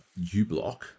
UBlock